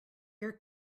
your